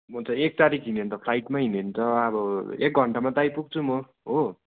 म त एक तारिख हिँड्यो भने त फ्लाइटमा हिँड्यो भने त अब एक घन्टामा त आइपुग्छु म हो